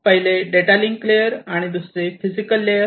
पहिले data link layer आणि दुसरे फिजिकल लेयर